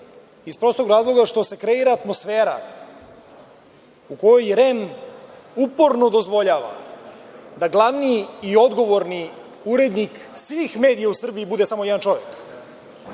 iz prostog razloga što se kreira atmosfera u kojoj REM uporno dozvoljava da glavni i odgovorni urednik svih medija u Srbiji bude samo jedan čovek.